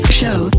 show